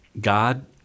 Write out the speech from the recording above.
god